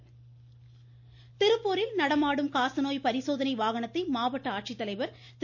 இருவரி திருப்பூரில் நடமாடும் காசநோய் பரிசோதனை வாகனத்தை மாவட்ட ஆட்சித் தலைவர் திரு